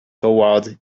toward